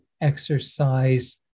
exercise